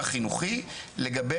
תל אביב,